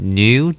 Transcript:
new